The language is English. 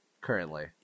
currently